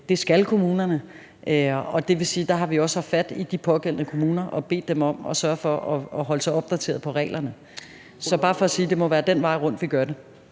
Det skal kommunerne, og der har vi også haft fat i de pågældende kommuner og bedt dem om at sørge for at holde sig opdaterede om reglerne. Det er bare for at sige, at det må være den vej rundt, vi gør det.